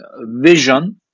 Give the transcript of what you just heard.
vision